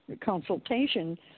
consultation